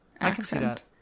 accent